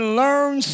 learn